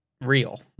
Real